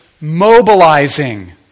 mobilizing